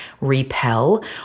repel